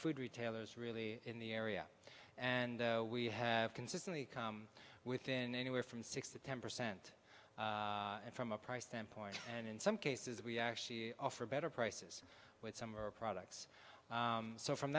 food retailers really in the area and we have consistently come within anywhere from six to ten percent and from a price standpoint and in some cases we actually offer better prices with summer products so from